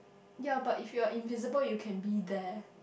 ya but if you are invisible you can be there